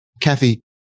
Kathy